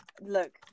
Look